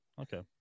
Okay